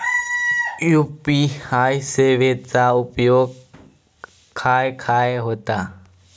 UPI सेवेचा उपयोग खाय खाय होता?